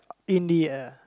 in the air